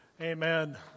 Amen